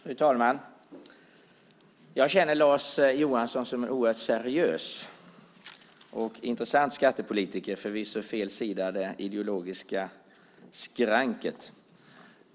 Fru talman! Jag känner Lars Johansson som en oerhört seriös och intressant skattepolitiker, förvisso på fel sida om det ideologiska skranket.